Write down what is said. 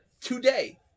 today